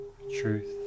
truth